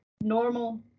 normal